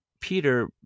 Peter